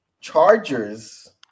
Chargers